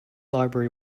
library